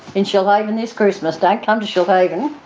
in shoalhaven this christmas. don't come to shoalhaven,